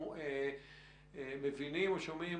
הבקשה יש איזה תגמול שאתה יכול לקצר את